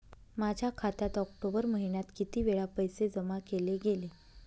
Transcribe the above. माझ्या खात्यात ऑक्टोबर महिन्यात किती वेळा पैसे जमा केले गेले?